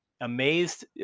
amazed